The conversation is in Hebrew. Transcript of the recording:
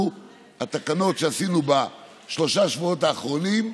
התקנות שעשינו בשלושת שבועות האחרונים,